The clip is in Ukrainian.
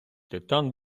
титан